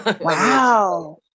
Wow